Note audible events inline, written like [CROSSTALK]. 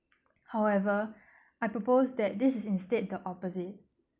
however [BREATH] I propose that this is instead the opposite